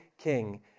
king